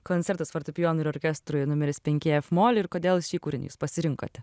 koncertas fortepijonui ir orkestrui numeris penki ef mol ir kodėl šį kūrinį jūs pasirinkote